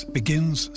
begins